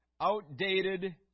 outdated